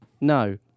No